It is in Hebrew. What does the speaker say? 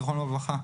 זכרונו לברכה,